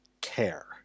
care